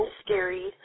scary